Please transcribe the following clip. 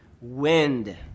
wind